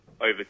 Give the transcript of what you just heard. over